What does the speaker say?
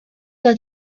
were